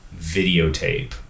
videotape